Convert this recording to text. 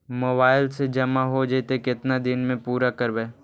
Mobile से जामा हो जैतय, केतना दिन में पुरा करबैय?